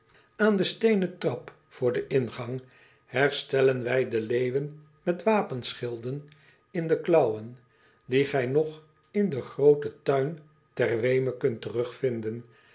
an den steenen trap voor den ingang herstellen wij de leeuwen met wapenschilden in de klaauwen die gij nog in den grooten tuin der weeme kunt terug